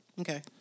Okay